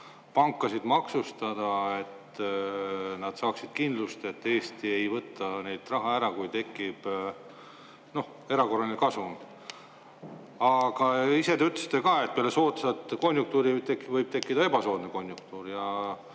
pankasid maksustada, selleks et nad saaksid kindlust, et Eesti ei võta neilt raha ära, kui neil tekib erakorraline kasum. Aga ise te ütlesite ka, et pärast soodsat konjunktuuri võib tekkida ebasoodne konjunktuur.